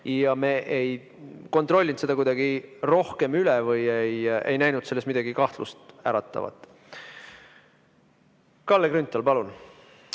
Me ei kontrollinud seda kuidagi rohkem üle või ei näinud selles midagi kahtlust äratavat. Kalle Grünthal, palun